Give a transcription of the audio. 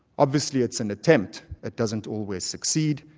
obviously it's an attempt that doesn't always succeed,